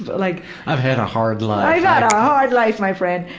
like i've had a hard life. i've had a hard life, my friend.